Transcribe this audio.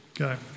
Okay